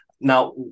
Now